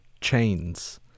chains